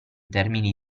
termini